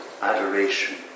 adoration